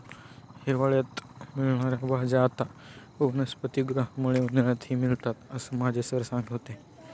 हिवाळ्यात मिळणार्या भाज्या आता वनस्पतिगृहामुळे उन्हाळ्यातही मिळतात असं माझे सर सांगत होते